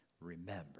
remember